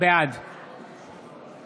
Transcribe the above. בעד